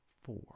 four